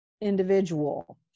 individual